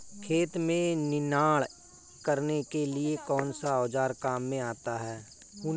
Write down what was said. खेत में निनाण करने के लिए कौनसा औज़ार काम में आता है?